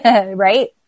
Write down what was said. Right